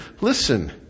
listen